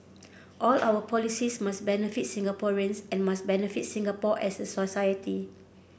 all our policies must benefit Singaporeans and must benefit Singapore as a society